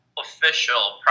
official